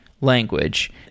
language